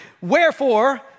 Wherefore